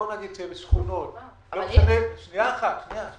בואו נגיד שבשכונות --- אי אפשר לא להצביע.